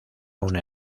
una